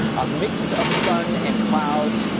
a mix of sun and clouds,